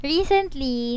Recently